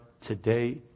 today